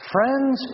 Friends